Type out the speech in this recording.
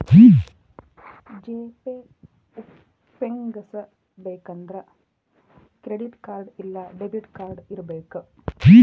GPay ಉಪ್ಯೊಗಸ್ಬೆಕಂದ್ರ credit card ಇಲ್ಲಾ debit card ಇರಬಕು